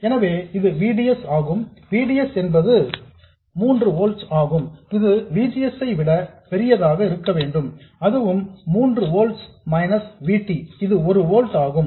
எனவே இது V D S ஆகும் V D S என்பது 3 ஓல்ட்ஸ் ஆகும் இது V G S ஐ விட பெரியதாக இருக்க வேண்டும் அதுவும் 3 ஓல்ட்ஸ் மைனஸ் V T இது 1 ஓல்ட் ஆகும்